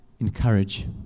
encourage